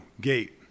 Gate